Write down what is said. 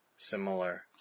Similar